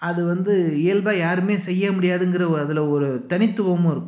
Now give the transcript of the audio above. அது வந்து இயல்பாக யாருமே செய்ய முடியாதுங்கறதை அதில் ஒரு தனித்துவமும் இருக்கும்